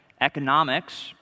economics